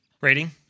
Rating